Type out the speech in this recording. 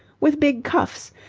with big cuffs.